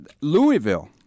Louisville